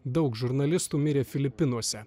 daug žurnalistų mirė filipinuose